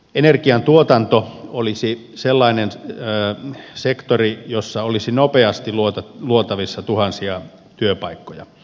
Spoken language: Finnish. energiantuotanto olisi sellainen sektori jossa olisi nopeasti luotavissa tuhansia työpaikkoja